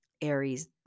Aries